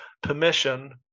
permission